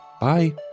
Bye